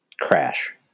crash